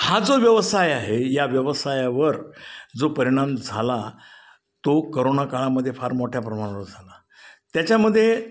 हा जो व्यवसाय आहे या व्यवसायावर जो परिणाम झाला तो करोना काळामध्ये फार मोठ्या प्रमाणावर झाला त्याच्यामध्ये